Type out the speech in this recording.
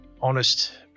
honest